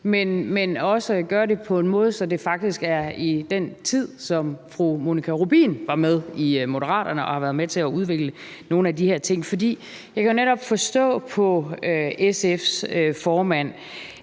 men også gøre det på en måde, så det faktisk vedrører den tid, hvor fru Monika Rubin har været med i Moderaterne og har været med til at udvikle nogle af de her ting. For jeg kan netop forstå på SF's formand,